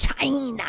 China